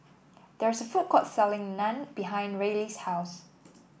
there is a food court selling Naan behind Ryley's house